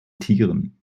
tieren